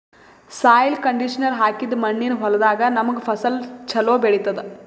soil conditioner ಹಾಕಿದ್ದ್ ಮಣ್ಣಿನ್ ಹೊಲದಾಗ್ ನಮ್ಗ್ ಫಸಲ್ ಛಲೋ ಬೆಳಿತದ್